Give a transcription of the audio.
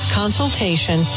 consultation